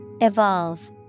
Evolve